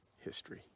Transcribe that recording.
history